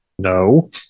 No